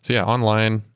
yeah, online,